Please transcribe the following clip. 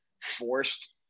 forced